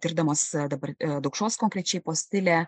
tirdamos dabar daukšos konkrečiai postilę